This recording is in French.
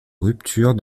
rupture